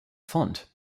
font